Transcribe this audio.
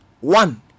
one